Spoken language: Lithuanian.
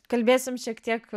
kalbėsim šiek tiek